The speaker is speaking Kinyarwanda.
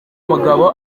mugabo